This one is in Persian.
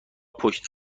پشت